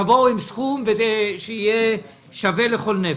תבואו מחר עם סכום אחר שיהיה שווה לכל נפש.